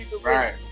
right